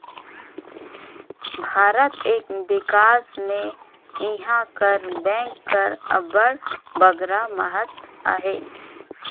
भारत कर बिकास में इहां कर बेंक कर अब्बड़ बगरा महत अहे